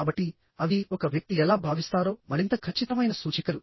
కాబట్టి అవి ఒక వ్యక్తి ఎలా భావిస్తారో మరింత ఖచ్చితమైన సూచికలు